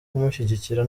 kumushyigikira